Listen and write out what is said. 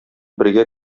бергә